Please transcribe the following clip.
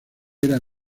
era